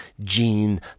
Jean